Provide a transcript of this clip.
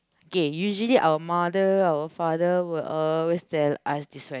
okay usually our mother our father will always tell us this one